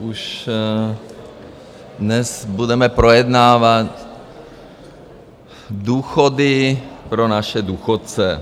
Už dnes budeme projednávat důchody pro naše důchodce.